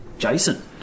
Jason